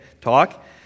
talk